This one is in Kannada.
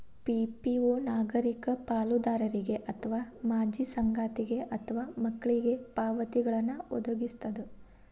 ಪಿ.ಪಿ.ಓ ನಾಗರಿಕ ಪಾಲುದಾರರಿಗೆ ಅಥವಾ ಮಾಜಿ ಸಂಗಾತಿಗೆ ಅಥವಾ ಮಕ್ಳಿಗೆ ಪಾವತಿಗಳ್ನ್ ವದಗಿಸ್ತದ